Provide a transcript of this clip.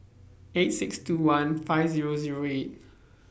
eight six two one five Zero Zero eight